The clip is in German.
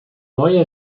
neue